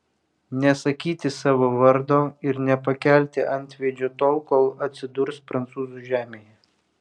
nesakyti savo vardo ir nepakelti antveidžio tol kol atsidurs prancūzų žemėje